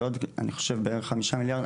אני חושב שזה עוד בערך 5 מיליארד.